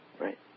Right